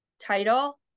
title